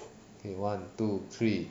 okay one two three